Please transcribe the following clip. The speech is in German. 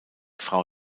frau